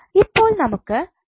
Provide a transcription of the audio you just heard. ഇപ്പോൾ നമുക്ക് 3